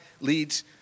leads